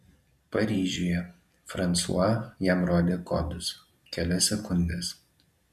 paryžiuje fransua jam rodė kodus kelias sekundes